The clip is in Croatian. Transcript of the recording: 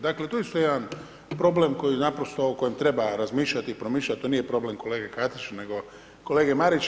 Dakle, tu je isto jedan problem koji naprosto, o kojem treba razmišljati i promišljati, to nije problem kolege Katić kolege Marić.